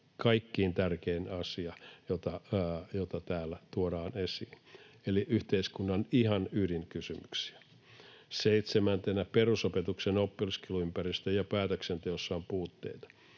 kaikkein tärkein asia, jota täällä tuodaan esiin. Eli yhteiskunnan ihan ydinkysymyksiä. 7) Perusopetuksen opiskeluympäristössä ja päätöksenteossa on puutteita.